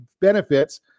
benefits